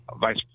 vice